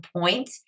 point